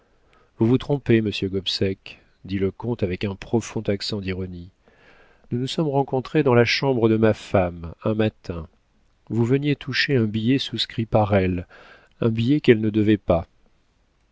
vous vous trompez monsieur gobseck dit le comte avec un profond accent d'ironie nous nous sommes rencontrés dans la chambre de ma femme un matin vous veniez toucher un billet souscrit par elle un billet qu'elle ne devait pas